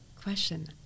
question